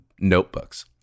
notebooks